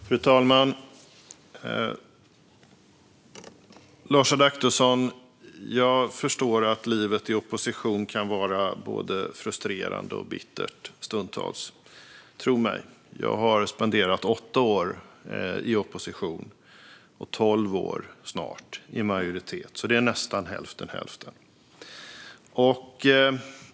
Fru talman! Jag förstår, Lars Adaktusson, att livet i opposition stundtals kan vara både frustrerande och bittert - tro mig. Jag har tillbringat åtta år i opposition och snart tolv år i majoritet, så det är nästan hälften-hälften.